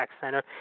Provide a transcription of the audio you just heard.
Center